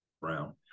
Brown